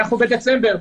אנחנו בדצמבר,